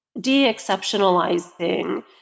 de-exceptionalizing